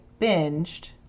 binged